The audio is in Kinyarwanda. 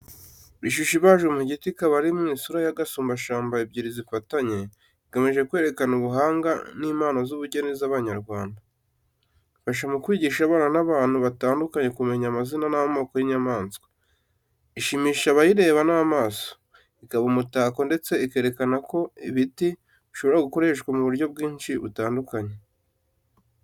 Ishusho ibajwe mu giti ikaba iri mu isura ya gasumbashyamba ebyiri zifatanye, igamije kwerekana ubuhanga n’impano z’ubugeni z’Abanyarwanda. Ifasha mu kwigisha abana n’abantu batandukanye kumenya amazina n'amoko y'inyamaswa. Ishimisha abayireba n'amaso, ikaba umutako, ndetse ikerekana ko ibiti bishobora gukoreshwa mu buryo bwinshi butandukanye.